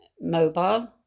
mobile